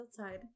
outside